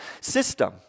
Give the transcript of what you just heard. system